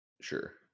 Sure